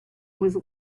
was